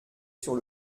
sur